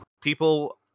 people